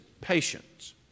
patience